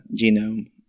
genome